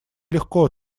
легко